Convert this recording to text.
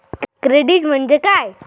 Credit म्हणजे काय?